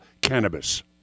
cannabis